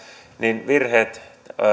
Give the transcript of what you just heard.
niin